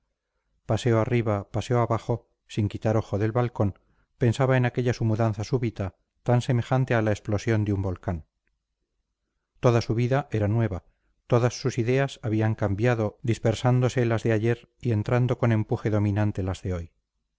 paseo arriba paseo abajo sin quitar ojo del balcón pensaba en aquella su mudanza súbita tan semejante a la explosión de un volcán toda su vida era nueva todas sus ideas habían cambiado dispersándose las de ayer y entrando con empuje dominante las de hoy